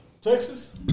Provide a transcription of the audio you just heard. Texas